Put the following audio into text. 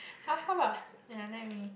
how how about another me